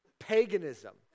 Paganism